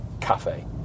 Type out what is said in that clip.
cafe